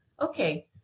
Okay